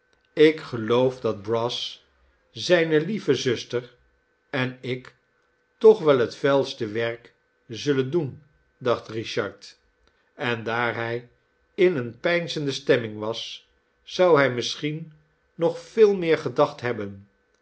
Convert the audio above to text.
ik geloof dat brass zijne lieve zuster en ik toch wel het vuilste werk zullen doen dacht richard en daar hij in eene peinzende stemming was zou hij misschien nog veel meer gedacht hebben